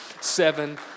seven